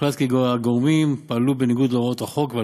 הוחלט כי הגורמים פעלו בניגוד להוראות החוק,